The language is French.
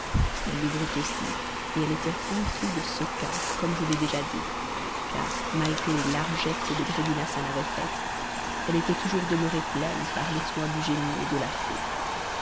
il l'ouvrit aussi et elle était remplie de sequins comme je l'ai déjà dit car malgré les largesses que bedreddin hassan avait faites elle était toujours demeurée pleine par les soins du génie et de la fée